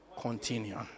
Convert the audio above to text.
continue